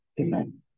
Amen